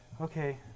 Okay